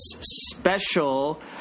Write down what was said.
special